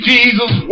Jesus